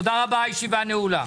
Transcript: תודה רבה, הישיבה נעולה.